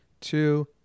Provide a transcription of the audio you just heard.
two